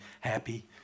happy